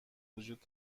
وجود